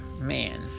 man